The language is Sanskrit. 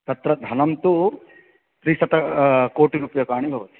तत्र धनं तु त्रिशतकोटिरूप्यकाणि भवन्ति